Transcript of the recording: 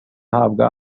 ahabwa